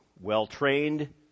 Well-trained